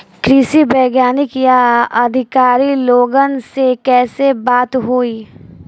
कृषि वैज्ञानिक या अधिकारी लोगन से कैसे बात होई?